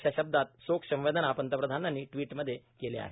अशा शब्दात शोक संवेदना पंतप्रधानांनी ट्विटमध्ये केला आहे